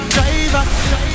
Driver